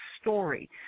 story